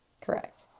Correct